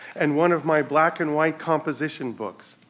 and one of my black and white composition books.